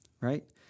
right